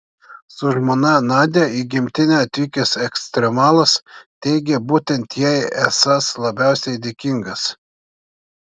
su žmona nadia į gimtinę atvykęs ekstremalas teigė būtent jai esąs labiausiai dėkingas